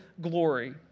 glory